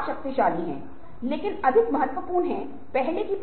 आपके द्वारा काम कर रहे उद्योग में अनुपस्थिति